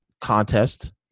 contest